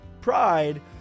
pride